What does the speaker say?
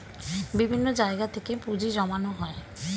বিভিন্ন জায়গা থেকে পুঁজি জমানো হয়